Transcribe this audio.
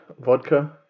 vodka